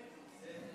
שלוש